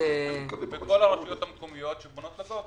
בכל הרשויות המקומיות שבונות לגובה.